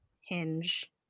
Hinge